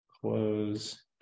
Close